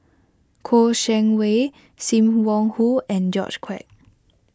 Kouo Shang Wei Sim Wong Hoo and George Quek